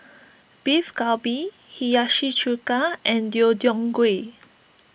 Beef Galbi Hiyashi Chuka and Deodeok Gui